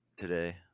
today